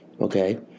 Okay